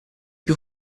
più